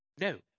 No